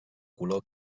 color